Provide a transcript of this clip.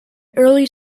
early